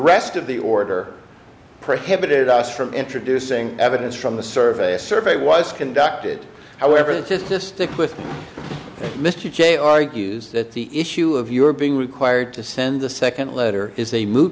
rest of the order prohibited us from introducing evidence from the survey a survey was conducted however just to stick with mr kay argues that the issue of your being required to send the second letter is a moot